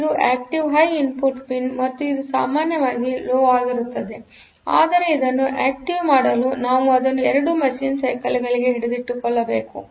ಇದು active high input pin ಮತ್ತು ಇದು ಸಾಮಾನ್ಯವಾಗಿ ಲೊ ಆಗಿರುತ್ತದೆ ಆದರೆ ಅದನ್ನು ಆಕ್ಟಿವ್ ಮಾಡಲು ನಾವು ಅದನ್ನು ಎರಡು ಮಷೀನ್ ಸೈಕಲ್ಗಳಿಗೆ ಹಿಡಿದಿಟ್ಟುಕೊಳ್ಳಬೇಕು